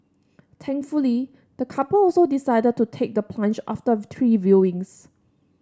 thankfully the couple also decided to take the plunge after three viewings